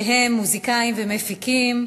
שהם מוזיקאים ומפיקים,